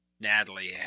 Natalie